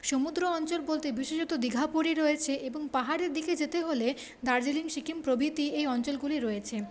সুমুদ্র অঞ্চল বলতে বিশেষত দীঘা পুরী রয়েছে এবং পাহাড়ের দিকে যেতে হলে দার্জিলিং সিকিম প্রভৃতি এই অঞ্চলগুলি রয়েছে